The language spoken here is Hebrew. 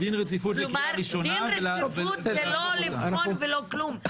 כלומר דין רציפות זה לא לבחון ולא כלום,